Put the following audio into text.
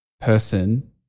person